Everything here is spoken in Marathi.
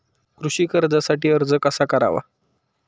कृषी कर्जासाठी अर्ज कसा करावा?